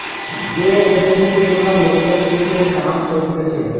যে এজেন্সি গুলা লোকের লিগে কাম করতিছে